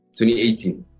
2018